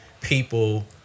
people